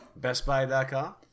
Bestbuy.com